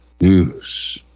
News